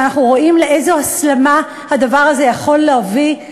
ואנחנו רואים לאיזו הסלמה הדבר הזה יכול להביא.